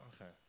Okay